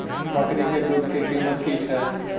बकरी के दूध के कीमत की छै?